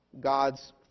God's